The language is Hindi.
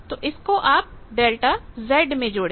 तो इसको आप ∆Zमें जोड़ें